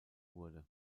wurde